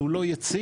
שהוא לא יציב,